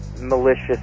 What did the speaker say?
malicious